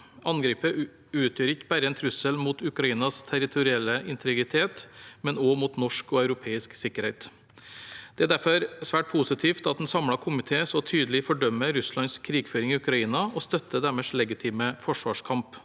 Angrepet utgjør ikke bare en trussel mot Ukrainas territorielle integritet, men også mot norsk og europeisk sikkerhet. Det er derfor svært positivt at en samlet komité så tydelig fordømmer Russlands krigføring i Ukraina og støtter ukrainernes legitime forsvarskamp.